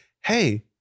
hey